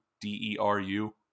D-E-R-U